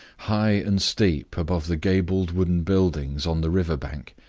high and steep above the gabled wooden buildings on the river-bank,